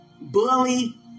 bully